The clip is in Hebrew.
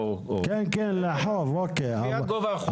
אלא קביעת גובה החוב,